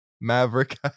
Maverick